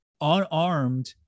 unarmed